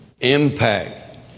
impact